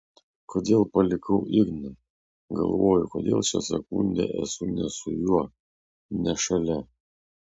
kodėl palikau igną galvoju kodėl šią sekundę esu ne su juo ne šalia